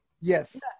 Yes